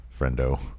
friendo